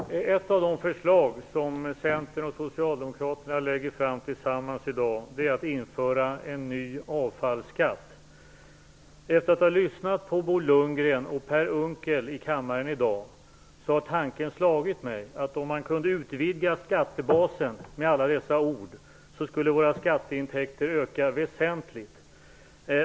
Fru talman! Ett av de förslag som Centern och Socialdemokraterna lägger fram tillsammans i dag innebär att införa en ny avfallsskatt. Efter att ha lyssnat på Bo Lundgren och Per Unckel i kammaren i dag har tanken slagit mig att om man kunde utvidga skattebasen med alla dessa ord skulle våra skatteintäkter öka väsentligt.